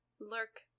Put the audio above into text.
Lurk